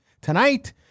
tonight